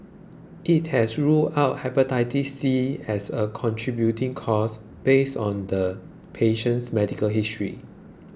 it has ruled out Hepatitis C as a contributing cause based on the patient's medical history